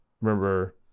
remember